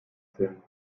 zählen